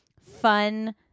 fun